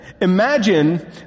imagine